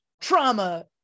trauma